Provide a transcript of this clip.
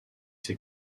ses